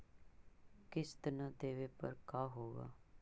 किस्त न देबे पर का होगा?